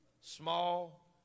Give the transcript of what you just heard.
small